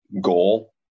goal